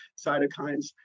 cytokines